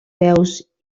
peus